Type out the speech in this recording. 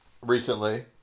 recently